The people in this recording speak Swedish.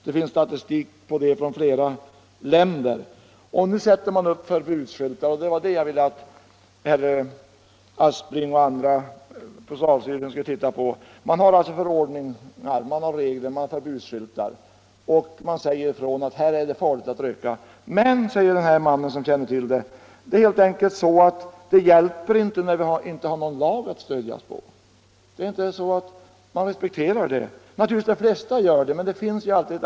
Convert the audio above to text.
Det finns statistik på det från ett flertal länder.” Man sätter upp förbudsskyltar, och man har förordningar och regler. Det sägs ifrån att här är det farligt att röka. Men, framhåller denne man, det hjälper inte när vi inte har någon lag att stödja oss på. De flesta respekterar väl förbuden, men det finns alltid ett antal människor som 19 inte gör det.